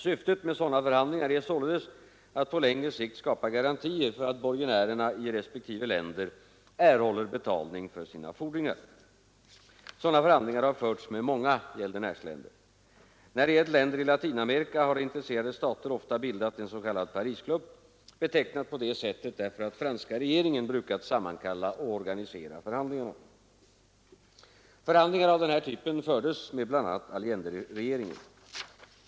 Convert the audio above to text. Syftet med sådana förhandlingar är således att på längre sikt skapa garantier för att borgenärerna i respektive länder erhåller betalning för sina fordringar. Sådana förhandlingar har förts med många gäldenärsländer. När det gällt länder i Latinamerika har intresserade stater ofta bildat en s.k. Parisklubb, betecknad på detta sätt därför att franska regeringen brukat sammankalla och organisera förhandlingarna. Förhandlingar av denna typ fördes med bl.a. Allenderegeringen.